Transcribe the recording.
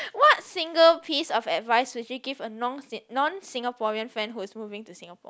what single piece of advice would you give a non non Singaporean friend who is moving to Singapore